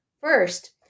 First